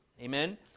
Amen